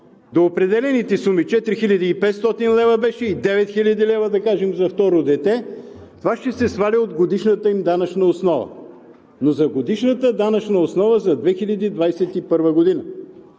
до определените суми – 4500 лв. беше, и 9000 лв., да кажем, за второ дете, това ще се сваля от годишната им данъчна основа, но за годишната данъчна основа за 2021 г.,